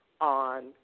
on